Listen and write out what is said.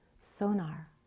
sonar